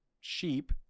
sheep